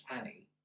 Annie